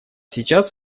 сейчас